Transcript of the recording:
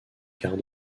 quart